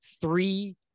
three